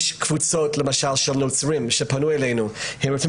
יש קבוצות של נוצרים שפנו אלינו שרוצים